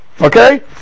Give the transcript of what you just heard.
okay